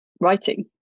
writing